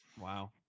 wow